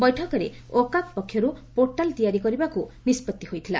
ବୈଠକରେ ଓକାକ୍ ପକ୍ଷରୁ ପୋର୍ଟାଲ୍ ତିଆରି କରିବାକୁ ନିଷ୍ବଉି ହୋଇଥିଲା